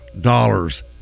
dollars